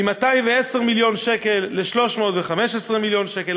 מ-210 מיליון שקל ל-315 מיליון שקל,